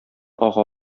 ага